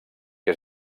que